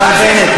השר בנט,